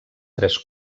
tres